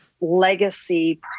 legacy